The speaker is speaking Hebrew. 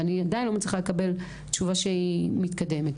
ואני עדיין לא מצליחה לקבל תשובה שהיא מתקדמת.